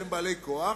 שהם בעלי כוח,